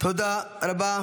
תודה רבה.